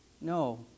No